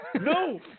No